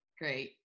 great